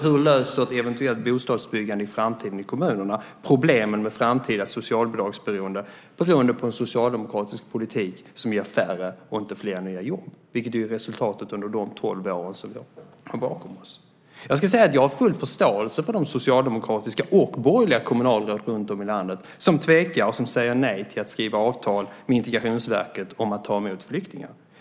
Hur löser ett eventuellt bostadsbyggande i framtiden i kommunerna problemen med framtida socialbidragsberoende på grund av en socialdemokratisk politik som ger färre och inte fler nya jobb? Det är resultatet av de tolv år vi har bakom oss. Jag har full förståelse för de socialdemokratiska och borgerliga kommunalråd runtom i landet som tvekar och säger nej till att skriva avtal med Integrationsverket om att ta emot flyktingar.